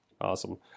awesome